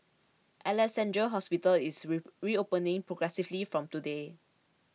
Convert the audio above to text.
Alexandra Hospital is re reopening progressively from today